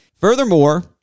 Furthermore